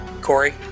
Corey